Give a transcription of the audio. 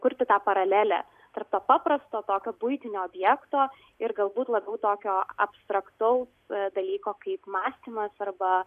kurti tą paralelę tarp to paprasto tokio buitinio objekto ir galbūt labiau tokio abstraktaus dalyko kaip mąstymas arba